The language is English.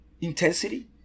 Intensity